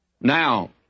Now